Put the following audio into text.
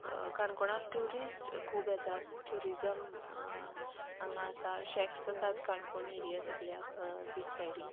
काणकोणां टुरिस्ट खूब येतात टुरिजम हांगा आसा शॅक्स आसात काणकोण एरिया सगळ्याक बीच सायडीन